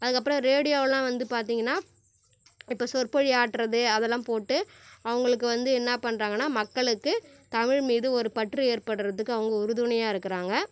அதுக்கப்புறம் ரேடியோவெல்லாம் வந்து பார்த்தீங்கன்னா இப்போ சொற்பொழிவு ஆற்றது அதெல்லாம் போட்டு அவங்களுக்கு வந்து என்ன பண்ணுறாங்கன்னா மக்களுக்கு தமிழ் மீது ஒரு பற்று ஏற்படுகிறதுக்கு அவங்க உறுதுணையாக இருக்கிறாங்க